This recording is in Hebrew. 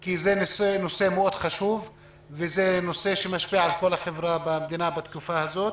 כי זה נושא מאוד חשוב וזה נושא שמשפיע על כל החברה במדינה בתקופה הזאת.